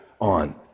on